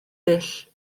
dull